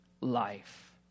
life